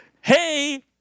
hey